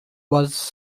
was